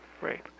Right